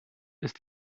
ist